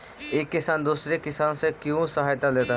एक किसान दूसरे किसान से क्यों सहायता लेता है?